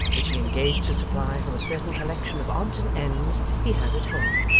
which he engaged to supply from a certain collection of odds and ends he had at home,